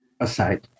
aside